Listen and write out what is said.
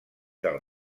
del